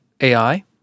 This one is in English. AI